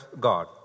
God